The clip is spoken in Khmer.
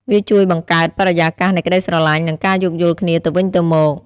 វាជួយបង្កើតបរិយាកាសនៃក្ដីស្រឡាញ់ និងការយោគយល់គ្នាទៅវិញទៅមក។